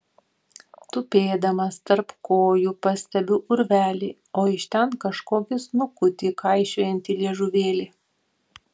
tupėdamas tarp kojų pastebiu urvelį o iš ten kažkokį snukutį kaišiojantį liežuvėlį